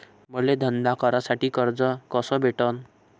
मले धंदा करासाठी कर्ज कस भेटन?